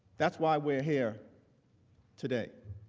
that's why we are here today.